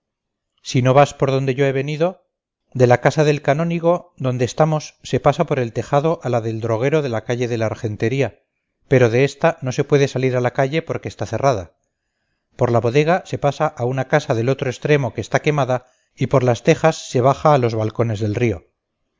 si no vas por donde yo he venido de la casa del canónigo donde estamos se pasa por el tejado a la del droguero de la calle de la argentería pero de esta no se puede salir a la calle porque está cerrada por la bodega se pasa a una casa del otro extremo que está quemada y por las tejas se baja a los balcones del río